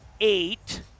eight